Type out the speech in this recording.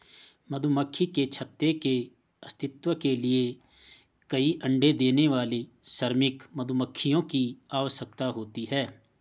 मधुमक्खी के छत्ते के अस्तित्व के लिए कई अण्डे देने वाली श्रमिक मधुमक्खियों की आवश्यकता होती है